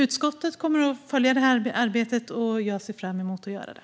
Utskottet kommer att följa arbetet, och jag ser fram emot att göra det.